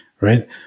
right